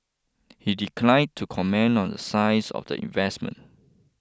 he declined to comment on the size of the investment